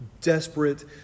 desperate